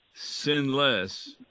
sinless